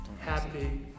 Happy